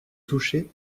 toucher